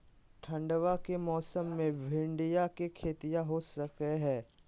ठंडबा के मौसमा मे भिंडया के खेतीया हो सकये है?